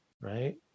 right